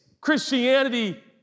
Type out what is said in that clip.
Christianity